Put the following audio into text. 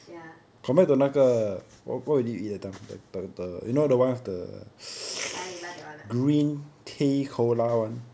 ya paya lebar that one ah